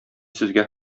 сезгә